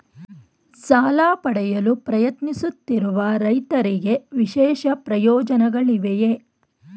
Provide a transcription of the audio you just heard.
ಸಾಲ ಪಡೆಯಲು ಪ್ರಯತ್ನಿಸುತ್ತಿರುವ ರೈತರಿಗೆ ವಿಶೇಷ ಪ್ರಯೋಜನಗಳಿವೆಯೇ?